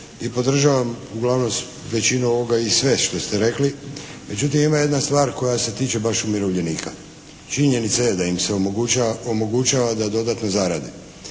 i podržavam uglavnom većinu ovoga i sve što ste rekli. Međutim ima jedna stvar koja se tiče baš umirovljenika. Činjenica je da im se omogućava da dodatno zarade.